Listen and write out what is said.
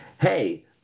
hey